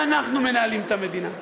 ואנחנו מנהלים את המדינה,